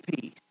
peace